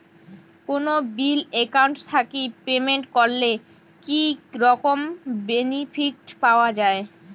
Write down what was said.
কোনো bill account থাকি payment করলে কি রকম বেনিফিট পাওয়া য়ায়?